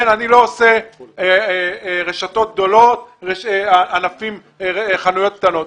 אני לא מציין רשתות גדולות או חנויות קטנות.